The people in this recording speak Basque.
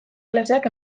klaseak